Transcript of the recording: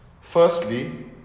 Firstly